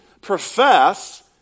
profess